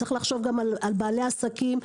גם יש לחשוב על בעלי עסקים,